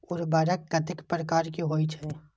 उर्वरक कतेक प्रकार के होई छै?